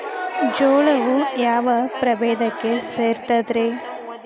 ಜೋಳವು ಯಾವ ಪ್ರಭೇದಕ್ಕ ಸೇರ್ತದ ರೇ?